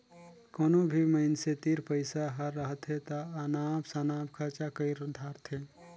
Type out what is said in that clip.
कोनो भी मइनसे तीर पइसा हर रहथे ता अनाप सनाप खरचा कइर धारथें